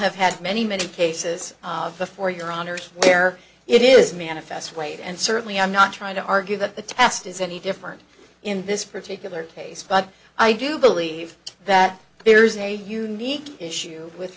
have had many many cases before your honor where it is manifest weight and certainly i'm not trying to argue that the test is any different in this particular case but i do believe that there is a unique issue with